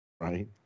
Right